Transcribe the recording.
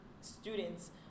students